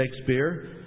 Shakespeare